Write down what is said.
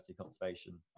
conservation